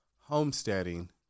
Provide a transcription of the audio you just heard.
homesteading